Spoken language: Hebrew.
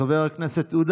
חבר הכנסת עודה